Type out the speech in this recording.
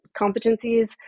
competencies